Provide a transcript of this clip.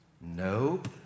Nope